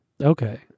Okay